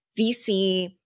VC